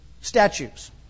statues